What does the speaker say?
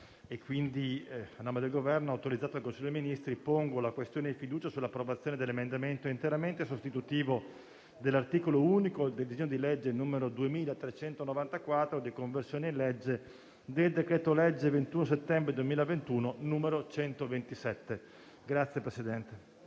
a nome del Governo, autorizzato dal Consiglio dei ministri, pongo la questione di fiducia sull'approvazione dell'emendamento interamente sostitutivo dell'articolo unico del disegno di legge n. 2394 di conversione in legge del decreto-legge 21 settembre 2021, n. 127.